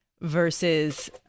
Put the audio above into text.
versus